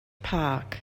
park